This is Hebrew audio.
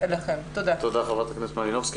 תודה ח"כ מלינובסקי.